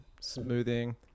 smoothing